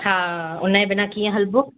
हा हुनजे बिना कीअं हलिबो